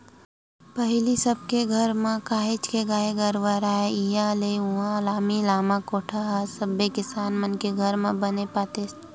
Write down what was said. पहिली सब के घर म काहेच के गाय गरु राहय ता इहाँ ले उहाँ लामी लामा कोठा ह सबे किसान मन घर बने पातेस